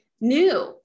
new